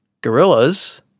gorillas